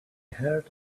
heard